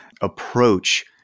approach